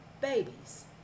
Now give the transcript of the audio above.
babies